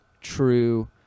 true